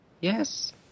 Yes